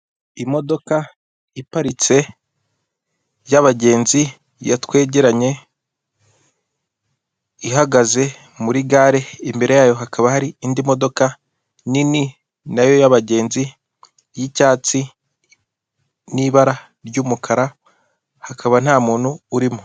Imodoka iparitse y'abagenzi ya twegerane ihagaze muri gare, imbere yayo hakaba hari indi modoka nini nayo y'abagenzi y'icyatsi n'ibara ry'umukara hakaba nta muntu urimo.